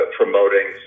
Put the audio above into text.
promoting